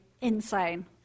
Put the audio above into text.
insane